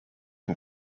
een